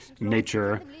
nature